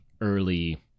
early